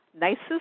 nicest